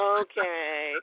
okay